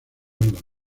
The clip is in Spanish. navidad